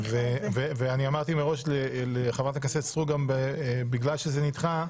אמרתי מראש לחברת הכנסת סטרוק שבגלל שזה נדחה,